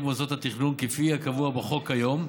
מוסדות התכנון כפי שהוא קבוע בחוק כיום.